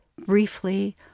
briefly